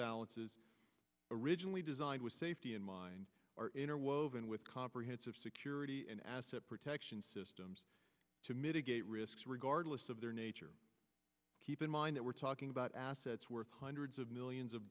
balances originally designed with safety in mind are interwoven with comprehensive security and asset protection systems to mitigate risk regardless of their nature keep in mind that we're talking about assets worth hundreds of millions of